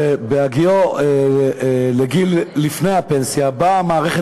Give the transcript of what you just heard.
ובהגיעו לגיל לפני הפנסיה באה המערכת